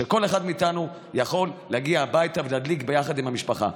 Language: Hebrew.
כדי שכל אחד מאיתנו יוכל להגיע הביתה ולהדליק ביחד עם המשפחה.